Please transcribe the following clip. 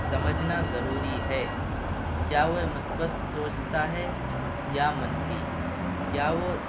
سمجھنا ضروری ہے کیا وہ مثبت سوچتا ہے یا منفی کیا وہ